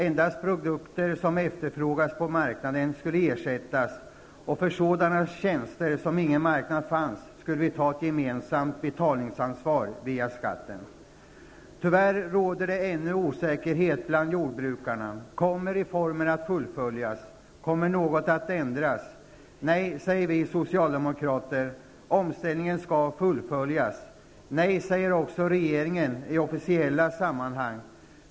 Endast produkter som efterfrågades på marknaden skulle ersättas, och för sådana tjänster där ingen marknad fanns skulle vi ta ett gemensamt betalningsansvar via skatten. Tyvärr råder det ännu osäkerhet bland jordbrukarna. Kommer reformen att fullföljas? Kommer något att ändras? Nej, säger vi socialdemokrater. Omställningen skall fullföljas. Nej, säger också regeringen i officiella sammanhang.